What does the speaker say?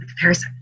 parasite